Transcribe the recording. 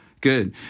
Good